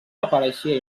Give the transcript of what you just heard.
apareixia